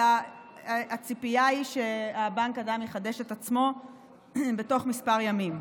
אלא הציפייה היא שבנק הדם יחדש את עצמו בתוך כמה ימים.